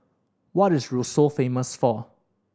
what is Roseau famous for